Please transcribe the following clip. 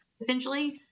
essentially